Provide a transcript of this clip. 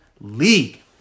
League